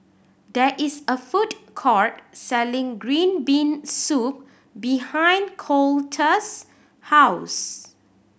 there is a food court selling green bean soup behind Coletta's house